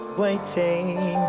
waiting